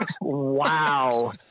Wow